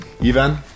Ivan